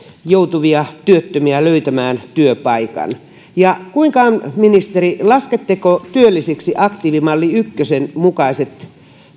joutuvia työttömiä löytämään työpaikan ja kuinka on ministeri lasketteko työllisiksi aktiivimalli ykkösen mukaiset